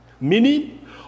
Meaning